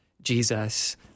Jesus